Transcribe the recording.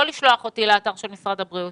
לא לשלוח אותי לאתר משרד הבריאות